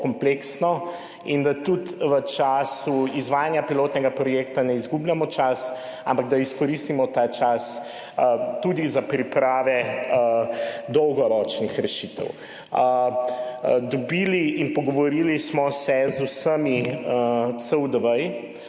kompleksno, in da tudi v času izvajanja pilotnega projekta ne izgubljamo časa, ampak da izkoristimo ta čas tudi za priprave dolgoročnih rešitev. Dobili in pogovorili smo se z vsemi CUDV,